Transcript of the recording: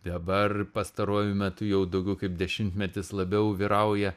dabar pastaruoju metu jau daugiau kaip dešimtmetis labiau vyrauja